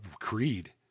creed